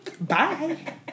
bye